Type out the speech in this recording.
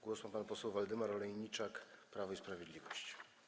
Głos ma pan poseł Waldemar Olejniczak, Prawo i Sprawiedliwość.